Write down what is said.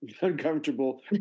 uncomfortable